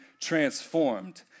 transformed